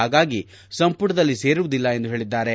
ಹಾಗಾಗಿ ಸಂಪುಟದಲ್ಲಿ ಸೇರುವುದಿಲ್ಲ ಎಂದು ಹೇಳಿದ್ದಾರೆ